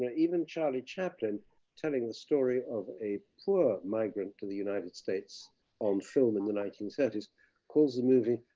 ah even charlie chaplin telling the story of a poor migrant to the united states on film in the nineteen thirty s calls the movie,